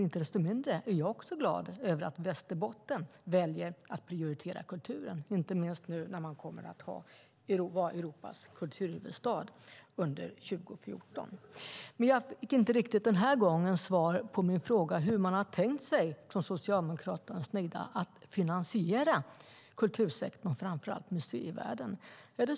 Inte desto mindre är jag glad över att Västerbotten väljer att prioritera kulturen, särskilt som man där kommer att ha en europeisk kulturhuvudstad under 2014. Jag fick inte riktigt svar på min fråga hur man från Socialdemokraternas sida har tänkt sig att finansiera kultursektorn, framför allt museivärlden.